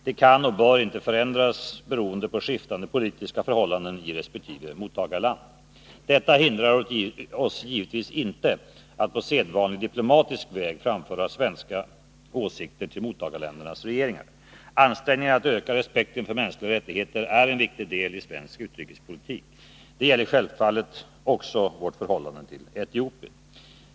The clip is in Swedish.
Det kan och bör inte förändras, beroende på skiftande politiska förhållanden i resp. mottagarland. Detta hindrar oss givetvis inte att på sedvanlig diplomatisk väg framföra svenska åsikter till mottagarländernas regeringar. Ansträngningar att öka respekten för mänskliga rättigheter är en viktig del i svensk utrikespolitik. Det gäller självfallet också vårt förhållande till Etiopien.